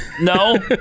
no